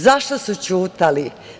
Zašto su ćutali?